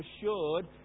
assured